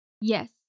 Yes